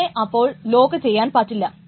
r1 നെ അപ്പോൾ lock ചെയ്യാൻ പറ്റില്ല